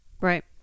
Right